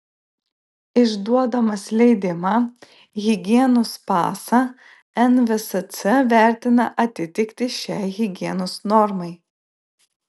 išduodamas leidimą higienos pasą nvsc vertina atitiktį šiai higienos normai